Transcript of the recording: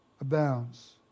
abounds